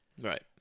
Right